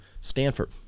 Stanford